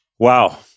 Wow